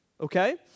Okay